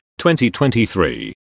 2023